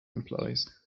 implies